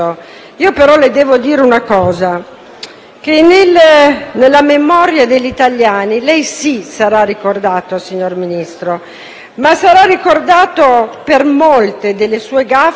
che nella memoria degli italiani lei - sì - sarà ricordato, signor Ministro, ma ciò avverrà per molte delle sue *gaffe* che hanno fatto male alla nostra Nazione.